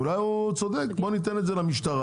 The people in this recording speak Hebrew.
אולי הוא צודק, בוא ניתן את זה למשטרה,